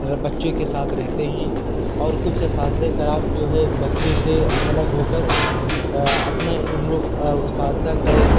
بچے کے ساتھ رہتے ہیں اور کچھ اساتذہ کرام جو ہے بچوں سے الگ ہو کر اپنا ان لوگ اساتذہ کا ایک